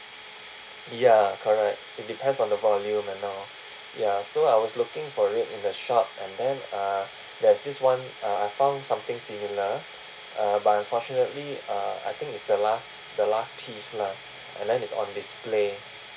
ya correct it depends on the volume and all ya so I was looking for it in the shop and then uh there's this one uh I found something similar uh but unfortunately uh I think it's the last the last piece lah and then it's on display